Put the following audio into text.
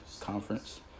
conference